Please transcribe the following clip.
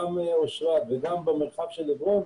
גם אושרת וגם במרחב של עברון,